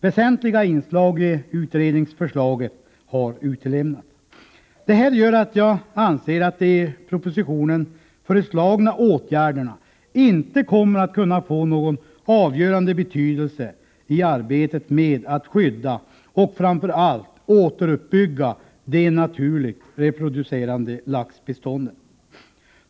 Väsentliga inslag i utredningsförslaget har utelämnats. Detta gör att jag anser att de i propositionen föreslagna åtgärderna inte kommer att kunna få någon avgörande betydelse i arbetet med att skydda och framför allt återuppbygga bestånden av naturreproducerande lax.